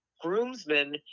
groomsmen